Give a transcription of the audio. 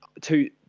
Two